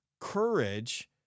courage